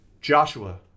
Joshua